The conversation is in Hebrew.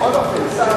בכל אופן שר,